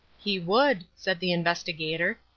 he would, said the investigator.